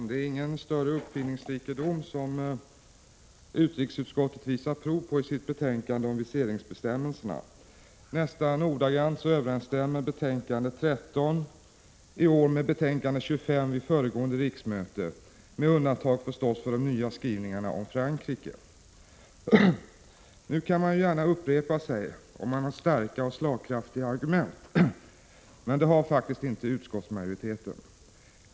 Herr talman! Utskottet visar inte prov på någon större uppfinningsrikedom i sitt betänkande om viseringsbestämmelser. Nästan ordagrant överensstämmer betänkande 13 från i år med betänkande 25 vid föregående riksmöte — med undantag, förstås, av de nya skrivningarna om Frankrike. Nu kan man ju gärna upprepa sig, om man har starka och slagkraftiga argument. Men det har faktiskt inte utskottsmajoriteten.